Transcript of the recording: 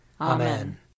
Amen